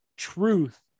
truth